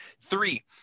Three